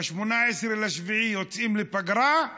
ב-18 ביולי יוצאים לפגרה,